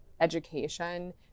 education